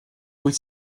wyt